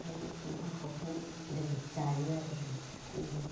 ओमफाय संखां खावखां जों जायो आरो मानि खुरनानै